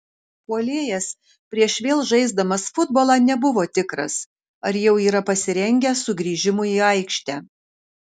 puolėjas prieš vėl žaisdamas futbolą nebuvo tikras ar jau yra pasirengęs sugrįžimui į aikštę